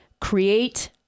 create